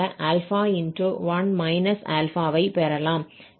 இது I ன் முடிவாகும்